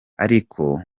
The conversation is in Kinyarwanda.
ariko